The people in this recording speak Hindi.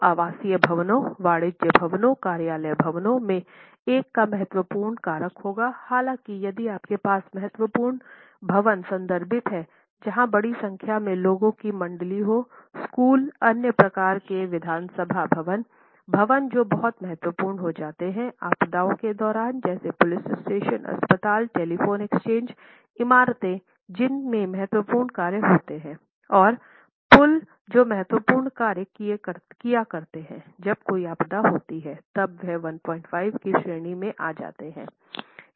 तो आवासीय भवनों वाणिज्यिक भवनों कार्यालय भवनों में 1 का महत्वपूर्ण कारक होगा हालाँकि यदि आपके पास महत्वपूर्ण भवन संदर्भित है जहां बड़ी संख्या में लोगों की मंडली हो स्कूल अन्य प्रकार के विधानसभा भवन भवन जो बहुत महत्वपूर्ण हो जाते हैं आपदाओं के दौरान जैसे पुलिस स्टेशन अस्पताल टेलीफोन एक्सचेंज इमारते जिन में महत्वपूर्ण कार्य होते हैं और पुल जो महत्वपूर्ण कार्य किया करते है जब कोई आपदा होती है तब वह 15 की श्रेणी में आ जाते हैं